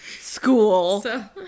school